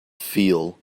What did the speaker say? feel